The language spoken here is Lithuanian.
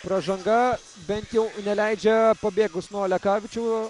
pražanga bent jau neleidžia pabėgus nuo lekavičių